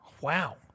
Wow